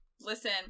listen